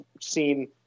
seen